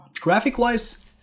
Graphic-wise